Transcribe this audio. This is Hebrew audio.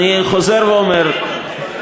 נראה מה תצביע.